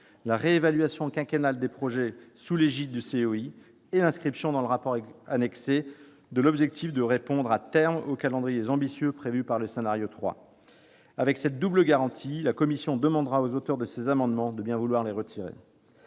la réévaluation quinquennale des projets sous l'égide du COI et l'inscription, dans le rapport annexé, de l'objectif de répondre à terme aux calendriers ambitieux prévus par le scénario 3 établi par le Conseil. Avec cette double garantie, la commission demandera aux auteurs de ces amendements de bien vouloir les retirer.